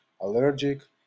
allergic